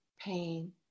pain